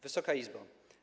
Wysoka Izbo!